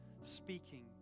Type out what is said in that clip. speaking